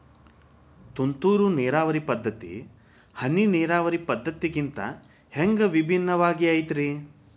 ತುಂತುರು ನೇರಾವರಿ ಪದ್ಧತಿ, ಹನಿ ನೇರಾವರಿ ಪದ್ಧತಿಗಿಂತ ಹ್ಯಾಂಗ ಭಿನ್ನವಾಗಿ ಐತ್ರಿ?